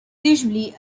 usually